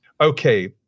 Okay